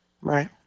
Right